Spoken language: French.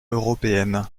européenne